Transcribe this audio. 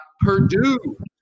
Purdue